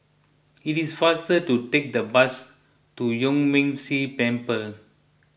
it is faster to take the bus to Yuan Ming Si Temple